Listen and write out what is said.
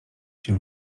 się